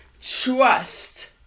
trust